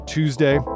Tuesday